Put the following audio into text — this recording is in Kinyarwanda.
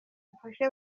mfashe